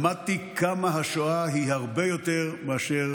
למדתי כמה השואה היא הרבה יותר מאשר